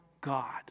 God